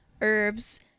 herbs